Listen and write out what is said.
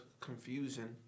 confusion